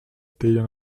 telha